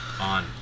on